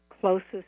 closest